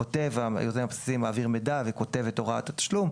היוזם הבסיסי מעביר מידע וכותב את הוראת התשלום,